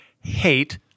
hate